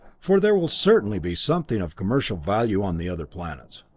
for there will certainly be something of commercial value on the other planets.